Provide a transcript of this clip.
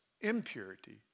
impurity